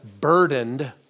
burdened